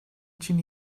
için